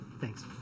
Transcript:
Thanks